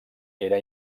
era